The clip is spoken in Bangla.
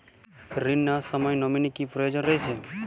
ঋণ নেওয়ার সময় নমিনি কি প্রয়োজন রয়েছে?